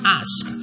ask